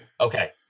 Okay